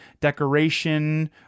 decoration